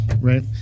Right